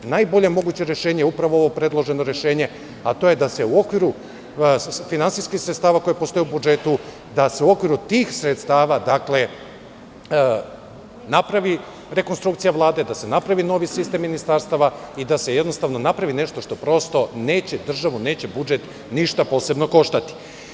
Najbolje moguće rešenje je upravo ovo predloženo rešenje, a to je da se u okviru finansijskih sredstava koja postoje u budžetu, da se u okviru tih sredstava napravi rekonstrukcija Vlade, da se napravi novi sistem ministarstava i da se napravi nešto što neće državu, neće budžet ništa posebno koštati.